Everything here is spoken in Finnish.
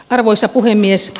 arvoisa puhemies